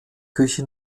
küche